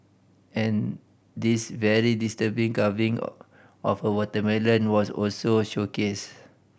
and this very disturbing carving of a watermelon was also showcased